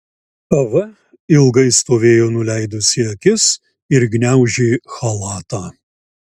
ava ilgai stovėjo nuleidusi akis ir gniaužė chalatą